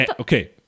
Okay